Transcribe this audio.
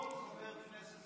כל חבר כנסת,